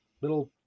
little